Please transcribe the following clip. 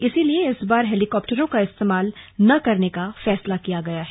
इसलिए इस बार हेलिकॉप्टरों का इस्तेमाल न करने का फैसला किया गया है